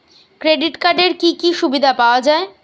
Credit কার্ডের কি কি সুবিধা পাওয়া যায়?